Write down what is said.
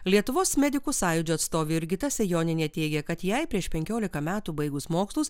lietuvos medikų sąjūdžio atstovė jurgita sejonienė teigia kad jei prieš penkiolika metų baigus mokslus